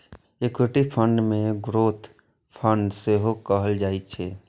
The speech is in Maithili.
इक्विटी फंड कें ग्रोथ फंड सेहो कहल जाइ छै